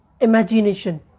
Imagination